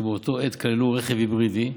שבאותה עת כללו רכב היברידי.